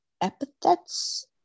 epithets